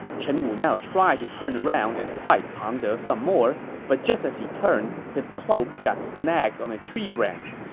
chen wu now tried to turn around and fight pang de some more, but just as he turned, his cloak got snagged on a tree branch.